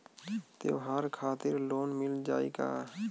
त्योहार खातिर लोन मिल जाई का?